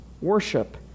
Worship